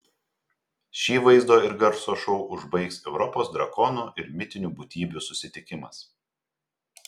šį vaizdo ir garso šou užbaigs europos drakonų ir mitinių būtybių susitikimas